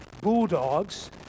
Bulldogs